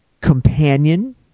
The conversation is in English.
Companion